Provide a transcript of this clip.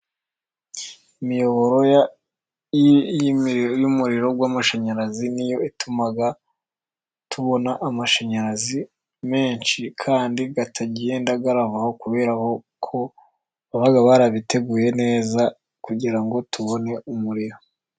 Imiyoboro y'umuriro w'amashanyarazi, ni yo ituma tubona amashanyarazi menshi kandi atagenda avaho, kubera ko baba barabiteguye neza kugira ngo tubone umuriro.